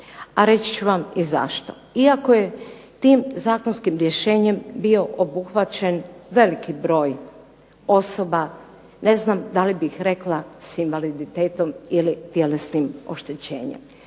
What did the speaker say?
a reći ću vam i zašto. Iako je tim zakonskim rješenjem bio obuhvaćen veliki broj osoba, ne znam da li bih rekla s invaliditetom ili tjelesnim oštećenjem.